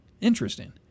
interesting